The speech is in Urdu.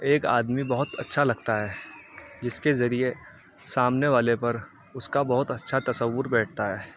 ایک آدمی بہت اچھا لگتا ہے جس کے ذریعے سامنے والے پر اس کا بہت اچھا تصور بیٹھتا ہے